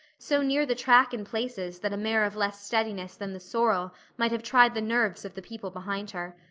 so near the track in places that a mare of less steadiness than the sorrel might have tried the nerves of the people behind her.